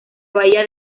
bahía